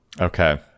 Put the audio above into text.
okay